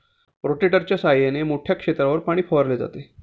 रोटेटरच्या सहाय्याने मोठ्या क्षेत्रावर पाणी फवारले जाते